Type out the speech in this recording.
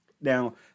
Now